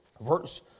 verse